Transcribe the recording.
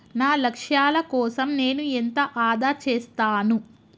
నా లక్ష్యాల కోసం నేను ఎంత ఆదా చేస్తాను?